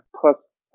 plus